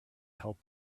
help